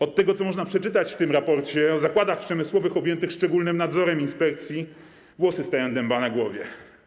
Od tego, co można przeczytać w tym raporcie o zakładach przemysłowych objętych szczególnym nadzorem inspekcji, włosy stają dęba na głowie.